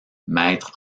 mètres